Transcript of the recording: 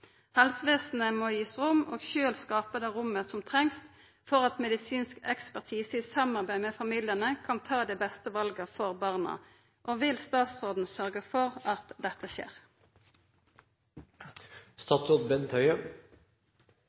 Helsevesenet må gis rom og sjølv skapa det rommet som trengs for at medisinsk ekspertise i samarbeid med familiane kan ta dei beste vala for barna. Vil statsråden sørgja for at dette